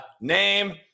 name